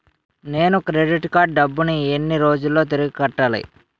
నేను credit card డబ్బును ఎన్ని రోజుల్లో తిరిగి కట్టాలి?